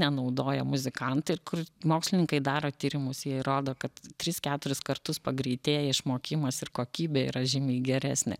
nenaudoja muzikantai ir kur mokslininkai daro tyrimus jie įrodo kad tris keturis kartus pagreitėja išmokimas ir kokybė yra žymiai geresnė